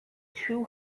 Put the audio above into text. two